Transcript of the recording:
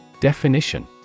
Definition